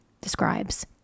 describes